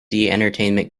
entertainment